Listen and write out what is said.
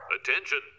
Attention